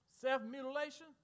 Self-mutilation